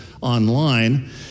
online